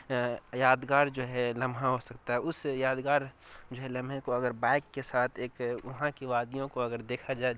یادگار جو ہے لمحہ ہو سکتا ہے اس یادگار جو ہے لمحے کو اگر بائک کے ساتھ ایک وہاں کی وادیوں کو اگر دیکھا جائے